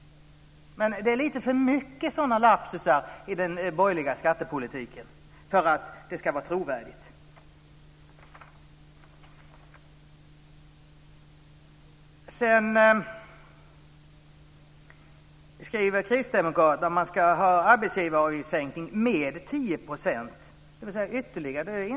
Men det är lite för många sådana lapsusar i den borgerliga skattepolitiken för att det ska vara trovärdigt. Kristdemokraterna skriver att man ska göra en sänkning av arbetsgivaravgiften med 10 % ytterligare.